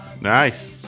Nice